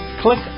Click